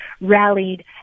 rallied